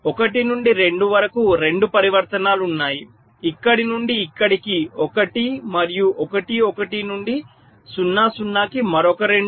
1 నుండి 2 వరకు 2 పరివర్తనాలు ఉన్నాయి ఇక్కడి నుండి ఇక్కడికి 1 మరియు 1 1 నుండి 0 0 కి మరొక 2